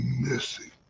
missing